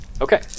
Okay